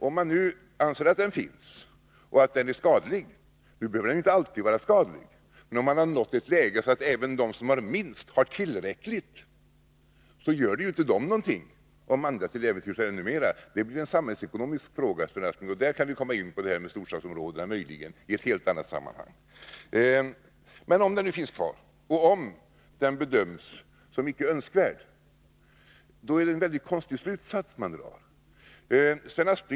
Om man nu anser att den finns och att den är skadlig — den behöver inte alltid vara skadlig — är det på det sättet att om man har uppnått ett läge där även de tandläkare som har minst antal timmar per försäkrad har tillräckligt med arbete, så gör det inte dem någonting om andra till äventyrs har ännu mer. Det blir en samhällsekonomisk fråga, Sven Aspling, och där, i ett helt annat sammanhang, kan vi komma in på det här med storstadsområdena. Men om den regionala obalansen finns kvar och om den bedöms som icke önskvärd är det en väldigt konstig slutsats Sven Aspling drar.